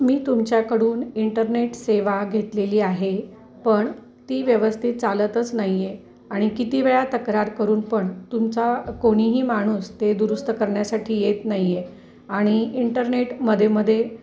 मी तुमच्याकडून इंटरनेट सेवा घेतलेली आहे पण ती व्यवस्थित चालतच नाही आहे आणि किती वेळा तक्रार करून पण तुमचा कोणीही माणूस ते दुरुस्त करण्यासाठी येत नाही आहे आणि इंटरनेट मध्येमध्ये